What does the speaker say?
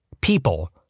People